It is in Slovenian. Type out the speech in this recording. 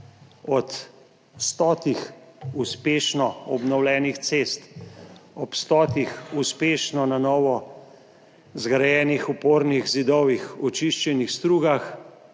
Od stotih uspešno obnovljenih cest, ob stotih uspešno na novo zgrajenih opornih zidovih, očiščenih strugah